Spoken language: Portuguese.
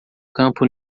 campo